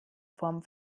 form